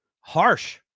harsh